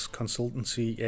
consultancy